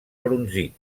brunzit